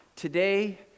Today